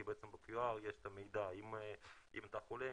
כי בעצם ב-QR יש את המידע אם אתה חולה,